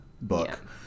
book